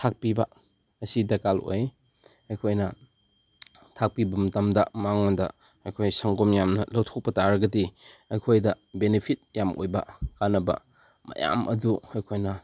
ꯊꯥꯛꯄꯤꯕ ꯑꯁꯤ ꯗꯔꯀꯥꯔ ꯑꯣꯏ ꯑꯩꯈꯣꯏꯅ ꯊꯥꯛꯄꯤꯕ ꯃꯇꯝꯗ ꯃꯉꯣꯟꯗ ꯑꯩꯈꯣꯏ ꯁꯪꯒꯣꯝ ꯌꯥꯝꯅ ꯂꯧꯊꯣꯛꯄ ꯇꯥꯔꯒꯗꯤ ꯑꯩꯈꯣꯏꯗ ꯕꯦꯅꯤꯐꯤꯠ ꯌꯥꯝ ꯑꯣꯏꯕ ꯀꯥꯟꯅꯕ ꯃꯌꯥꯝ ꯑꯗꯨ ꯑꯩꯈꯣꯏꯅ